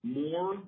more